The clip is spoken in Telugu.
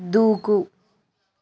దూకు